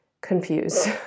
confused